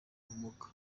ubumuga